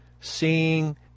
seeing